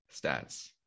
stats